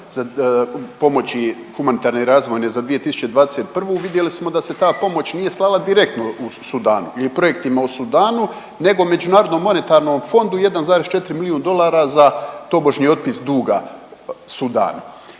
za pomoći humanitarne i razvojne za 2021. vidjeli smo da se ta pomoć nije slala direktno Sudanu ili projektima u Sudanu nego MMF 1,4 milijun dolara za tobožnji otpis duga Sudanu.